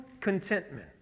Contentment